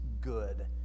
good